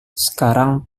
sekarang